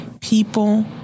people